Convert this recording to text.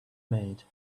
made